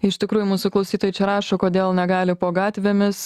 iš tikrųjų mūsų klausytojai čia rašo kodėl negali po gatvėmis